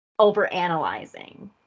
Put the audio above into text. overanalyzing